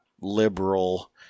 liberal